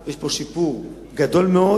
יש פה שיפור גדול מאוד.